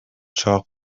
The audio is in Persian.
چاق